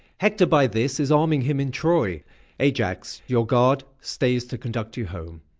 hector, by this, is arming him in troy ajax, your guard, stays to conduct you home.